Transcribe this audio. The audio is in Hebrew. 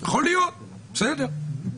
יכול להיות, בסדר.